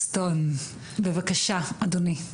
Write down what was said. אוליבסטון, בבקשה, אדוני.